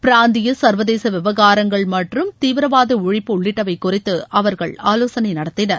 பிராந்திய சர்வதேச விவகாரங்கள் மற்றும் தீவிரவாத ஒழிப்பு உள்ளிட்டவை குறித்து அவர்கள் ஆலோசனை நடத்தினர்